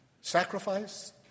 sacrifice